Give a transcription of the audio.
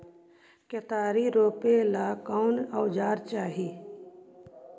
केतारी रोपेला कौन औजर चाही?